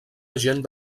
agent